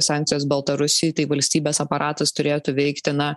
sankcijos baltarusijai tai valstybės aparatas turėtų veikti na